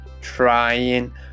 trying